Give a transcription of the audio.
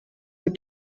les